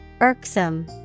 Irksome